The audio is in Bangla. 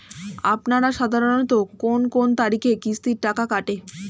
আপনারা সাধারণত কোন কোন তারিখে কিস্তির টাকা কাটে?